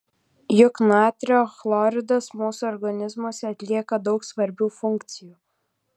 juk natrio chloridas mūsų organizmuose atlieka daug svarbių funkcijų